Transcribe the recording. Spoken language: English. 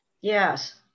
Yes